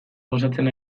gozatzen